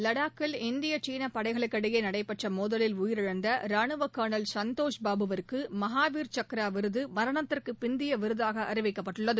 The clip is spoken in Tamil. லடாக்கில் இந்திய சீன படைகளுக்கிடையே நடைபெற்ற மோதலில் உயிரிழந்த ரானுவ கள்னல் சந்தோஷ் பாபுவிற்கு மகாவீர் சன்ரா விருது மரனத்திற்கு பிந்தைய விருதாக அறிவிக்கப்பட்டுள்ளது